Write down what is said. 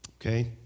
Okay